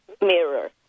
mirror